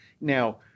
Now